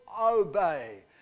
obey